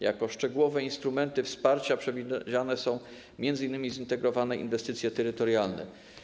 Jako szczegółowe instrumenty wsparcia przewidziane są m.in. zintegrowane inwestycje terytorialne.